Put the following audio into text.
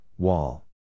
Wall